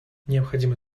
необходимо